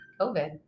COVID